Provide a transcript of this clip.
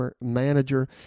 manager